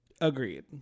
Agreed